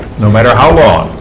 no matter how long,